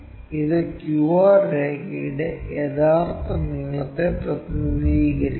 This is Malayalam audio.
ഇത് q r രേഖയുടെ യഥാർത്ഥ നീളത്തെ പ്രതിനിധീകരിക്കുന്നു